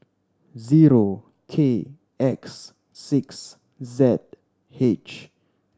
zero K X six Z H